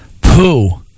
poo